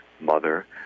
mother